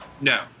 No